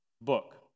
book